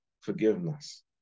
forgiveness